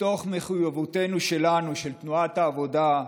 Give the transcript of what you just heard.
מתוך מחויבותנו שלנו, של תנועת העבודה,